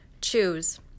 Choose